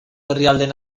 herrialdeen